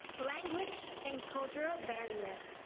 language, and cultural barriers,